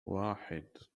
واحد